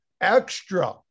extra